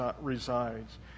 resides